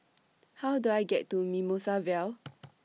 How Do I get to Mimosa Vale